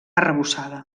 arrebossada